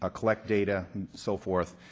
ah collect data, and so forth.